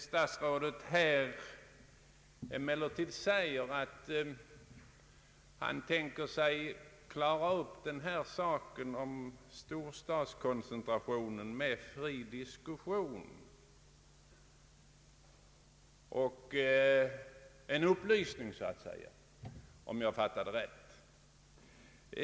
Statsrådet anförde att han tänker sig att klara upp frågan om storstadskoncentrationen med fri diskussion och upplysningar, om jag fattade honom rätt.